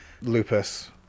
Lupus